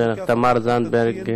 תמר זנדברג,